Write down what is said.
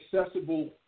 accessible